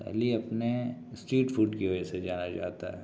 دہلی اپنے street food کی وجہ سے جانا جاتا ہے